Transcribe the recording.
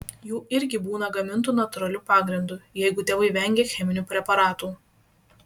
jų irgi būna gamintų natūraliu pagrindu jeigu tėvai vengia cheminių preparatų